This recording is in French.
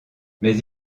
mais